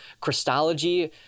Christology